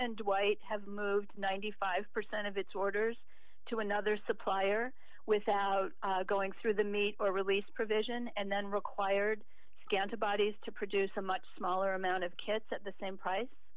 and dwight have moved ninety five percent of its orders to another supplier without going through the meat or release provision and then required scan to bodies to produce a much smaller amount of kits at the same price